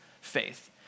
faith